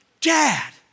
Dad